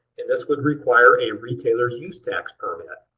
and this would require a retailer's use tax permit.